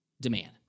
demand